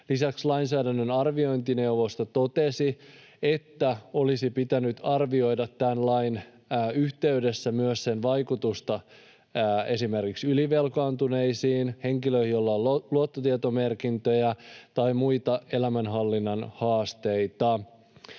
Lisäksi lainsäädännön arviointineuvosto totesi, että olisi pitänyt arvioida tämän lain yhteydessä myös sen vaikutusta esimerkiksi ylivelkaantuneisiin ja henkilöihin, joilla on luottotietomerkintöjä tai muita elämänhallinnan haasteita.